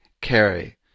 carry